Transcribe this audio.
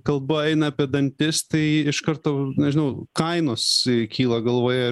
kalba eina apie dantis tai iš karto nežinau kainos kyla galvoje